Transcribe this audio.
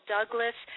Douglas